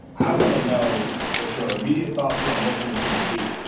i want to know what your immediate thoughts were and what you intend to do.